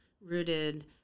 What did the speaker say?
rooted